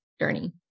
journey